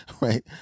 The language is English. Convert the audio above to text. right